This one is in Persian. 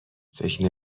فکر